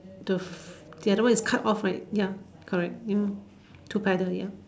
the the other one is cut off right ya correct ya two paddle ya